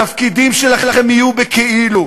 התפקידים שלכם יהיו בכאילו.